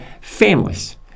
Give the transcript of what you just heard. families